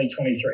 2023